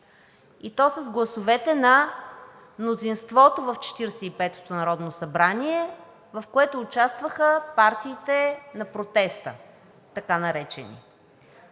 и то с гласовете на мнозинството в 45-ото народно събрание, в което участваха партиите на протеста, така наречени.